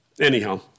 Anyhow